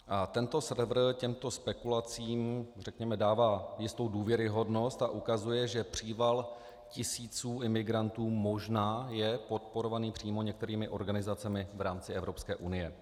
A tento server těmto spekulacím, řekněme, dává jistou důvěryhodnost a ukazuje, že příval tisíců imigrantů možná je podporovaný přímo některými organizacemi v rámci Evropské unie.